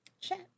chat